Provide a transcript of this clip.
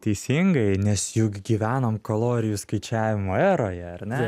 teisingai nes juk gyvenam kalorijų skaičiavimo eroje ar ne